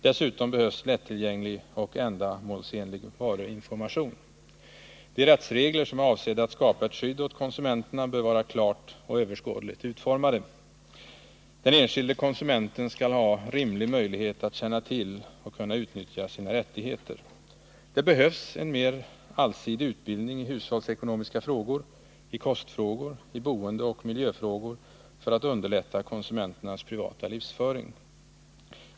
Dessutom behövs lättillgänglig och ändamålsenlig varuinformation. De rättsregler som är avsedda att skapa ett skydd åt konsumenterna bör vara klart och överskådligt utformade. Den enskilde konsumenten skall ha rimlig möjlighet att känna till och kunna utnyttja sina rättigheter. Det behövs en mer allsidig utbildning i hushållsekonomiska frågor, i kostfrågor, i boendeoch miljöfrågor, för att underlätta konsumenternas privata livsföring.